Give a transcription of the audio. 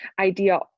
idea